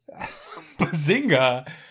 Bazinga